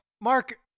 Mark